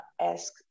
ask